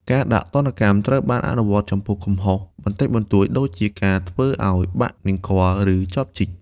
ការដាក់ទណ្ឌកម្មត្រូវបានអនុវត្តចំពោះកំហុសបន្តិចបន្តួច ដូចជាការធ្វើឱ្យបាក់នង្គ័ល ឬចបជីក។